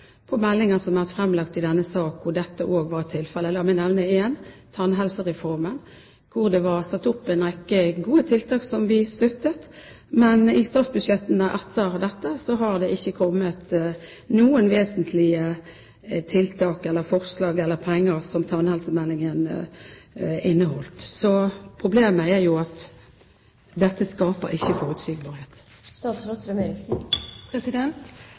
på meldinger som har vært fremlagt i denne sal, hvor dette også var tilfellet. La meg nevne én, tannhelsereformen, hvor det var satt opp en rekke gode tiltak som vi støttet. Men i statsbudsjettene etter dette har det ikke kommet noen vesentlige tiltak eller forslag eller penger til det tannhelsemeldingen inneholdt. Problemet er jo at dette ikke skaper forutsigbarhet.